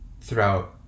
throughout